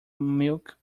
milk